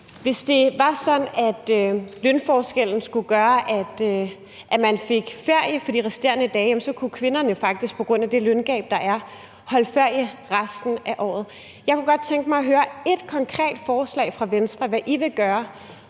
at lønforskellen skulle gøre, at man fik ferie for de resterende dage, kunne kvinderne faktisk på grund af det løngab, der er, holde ferie resten af året. Jeg kunne godt tænke mig at høre ét konkret forslag fra Venstre til, hvad I vil gøre